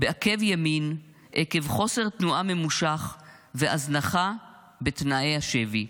בעקב ימין עקב חוסר תנועה ממושך והזנחה בתנאי השבי.